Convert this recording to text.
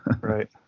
Right